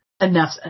Enough